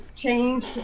change